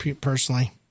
personally